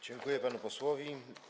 Dziękuję panu posłowi.